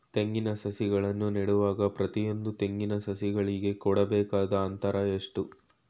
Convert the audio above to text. ತೆಂಗಿನ ಸಸಿಗಳನ್ನು ನೆಡುವಾಗ ಪ್ರತಿಯೊಂದು ತೆಂಗಿನ ಸಸಿಗಳಿಗೆ ಕೊಡಬೇಕಾದ ಅಂತರ ಎಷ್ಟು?